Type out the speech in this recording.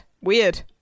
Weird